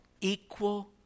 equal